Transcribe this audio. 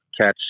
catch